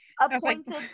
appointed